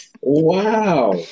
Wow